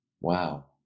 Wow